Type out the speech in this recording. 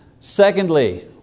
Secondly